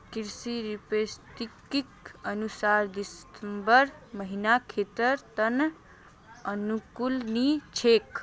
कृषि पारिस्थितिकीर अनुसार दिसंबर महीना खेतीर त न अनुकूल नी छोक